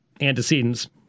antecedents